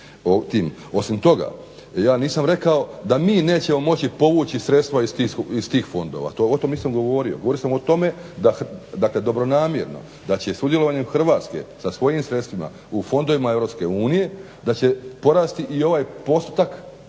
Osim toga ja nisam rekao da mi nećemo moći povući sredstva iz tih fondova, o tome nisam govorio. Govorio sam o tome, dakle dobronamjerno, da će sudjelovanjem Hrvatske sa svojim sredstvima u fondovima EU da će porasti i ovaj postotak